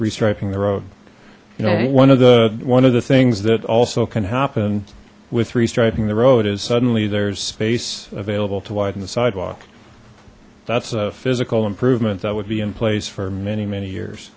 restriping the road you know one of the one of the things that also can happen with restriping the road is suddenly there's space available to widen the sidewalk that's a physical improvement that would be in place for many men years